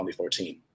2014